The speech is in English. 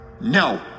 No